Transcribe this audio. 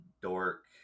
dork